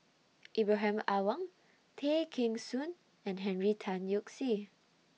Ibrahim Awang Tay Kheng Soon and Henry Tan Yoke See